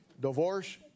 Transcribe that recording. divorce